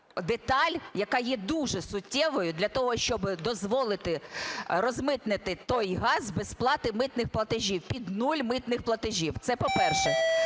деталь, яка є дуже суттєвою для того, щоб дозволити розмитнити той газ без плати митних платежів під нуль митних платежів. Це по-перше.